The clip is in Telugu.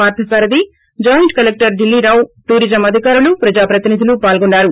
Parthasarathi joint collector Dilli Rao tourism అధికారులు ప్రజా ప్రతినిధులు పాల్గొన్సారు